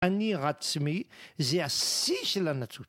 אני עצמי, זה השיא של הנצרות